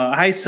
hi